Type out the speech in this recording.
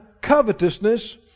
covetousness